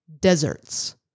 deserts